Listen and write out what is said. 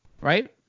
right